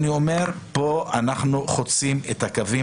אני אומר שכאן אנחנו חוצים את הקווים